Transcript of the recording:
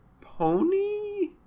pony